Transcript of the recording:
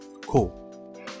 Cool